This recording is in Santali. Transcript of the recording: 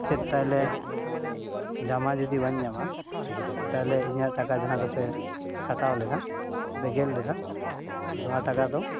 ᱪᱮᱫ ᱛᱟᱦᱚᱞᱮ ᱡᱟᱢᱟ ᱡᱩᱫᱤ ᱵᱟᱹᱧ ᱧᱟᱢᱟ ᱛᱟᱦᱚᱞᱮ ᱤᱧᱟᱹᱜ ᱴᱟᱠᱟ ᱡᱟᱦᱟᱸ ᱫᱚᱯᱮ ᱠᱟᱴᱟᱣ ᱞᱮᱫᱟ ᱥᱮᱯᱮ ᱜᱮᱫ ᱞᱮᱫᱟ ᱱᱚᱣᱟ ᱴᱟᱠᱟ ᱫᱚ